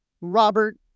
Robert